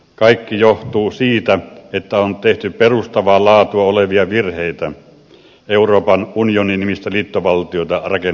kaikki johtuu siitä että on tehty perustavaa laatua olevia virheitä euroopan unioni nimistä liittovaltiota rakennettaessa